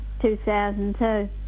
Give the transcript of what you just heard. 2002